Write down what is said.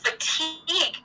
fatigue